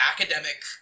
academic